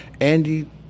Andy